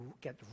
get